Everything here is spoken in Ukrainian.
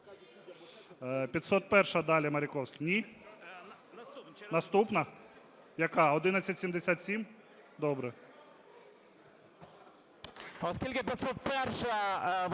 501-а далі, Маріковський. Ні? Наступна? Яка, 1177? Добре.